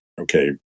okay